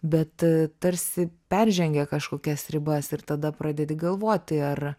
bet tarsi peržengia kažkokias ribas ir tada pradedi galvoti ar